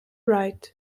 right